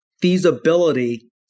feasibility